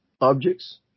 objects